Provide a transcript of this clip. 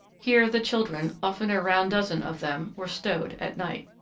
here the children, often a round dozen of them, were stowed at night.